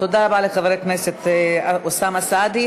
תודה רבה לחבר הכנסת אוסאמה סעדי.